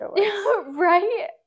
Right